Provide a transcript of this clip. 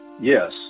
yes